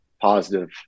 positive